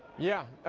yeah.